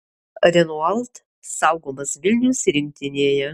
renault saugomas vilniaus rinktinėje